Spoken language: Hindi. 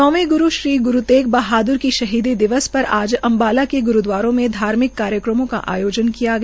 नौवे ग्रू श्री ग्रू तेग बहाद्र जी की शहीदी पर आज अम्बाला के ग्रूदवारों में धार्मिक कार्यक्रमों का आयोजन किया गया